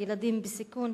ילדים בסיכון,